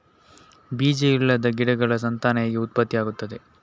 ಬೀಜ ಇಲ್ಲದ ಗಿಡಗಳ ಸಂತಾನ ಹೇಗೆ ಉತ್ಪತ್ತಿ ಆಗುತ್ತದೆ?